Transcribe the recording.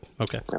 Okay